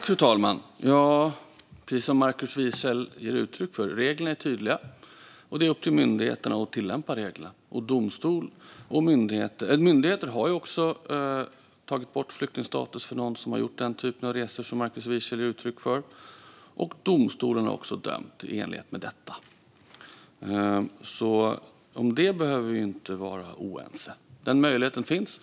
Fru talman! Precis som Markus Wiechel ger uttryck för är reglerna tydliga. Det är upp till myndigheterna att tillämpa reglerna. Myndigheten har ju också tagit bort flyktingstatus för personer som har gjort den typ av resor som Markus Wiechel talar om, och domstolen har dömt i enlighet med detta. Om det behöver vi inte vara oense. Den möjligheten finns.